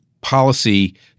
policy